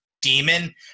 demon